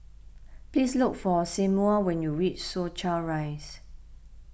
please look for Seymour when you reach Soo Chow Rise